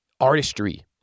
artistry